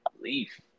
leaf